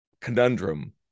conundrum